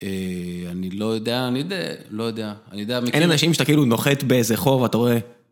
אה, אני לא יודע, אני יודע, אני יודע... אין אנשים שאתה כאילו נוחת באיזה חור, אתה רואה...